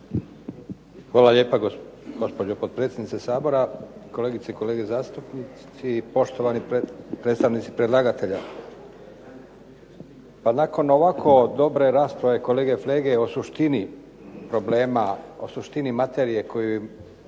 Hvala lijepa. Gospođo potpredsjednice Sabora, kolegice i kolege zastupnici, poštovani predstavnici predlagatelja. Pa nakon ovako dobre rasprave kolege Flege o suštini problema, o suštini problema,